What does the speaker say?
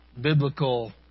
biblical